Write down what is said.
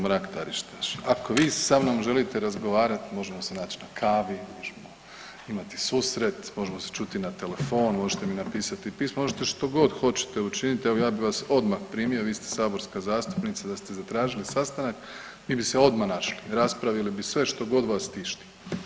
Mrak-Taritaš, ako vi sa mnom želite razgovarat možemo se nać na kavi, možemo imati susret, možemo se čuti na telefon, možete mi napisati pismo, možete što god hoćete učiniti, evo ja bi vas odmah primio, vi ste saborska zastupnica, da ste zatražili sastanak mi bi se odma našli, raspravili bi sve što god vas tišti.